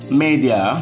media